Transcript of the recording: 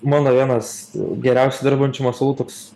mano vienas geriausiai dirbančių masalų toks